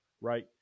right